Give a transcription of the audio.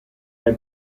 alle